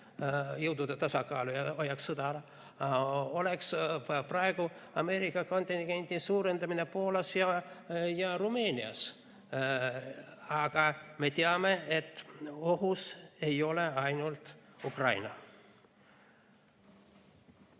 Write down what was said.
jõudude tasakaalu ja hoiaks sõja ära, oleks praegu Ameerika kontingendi suurendamine Poolas ja Rumeenias. Aga me teame, et ohus ei ole ainult Ukraina.